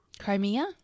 Crimea